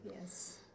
Yes